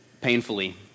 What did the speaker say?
painfully